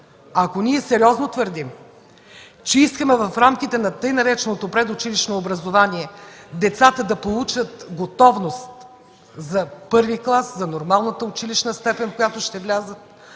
Ако ние сериозно твърдим, че искаме в рамките на така нареченото „училищно образование” децата да получат готовност за първи клас, за нормалната училищна степен, в която ще влязат;